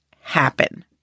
happen